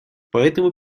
поэтому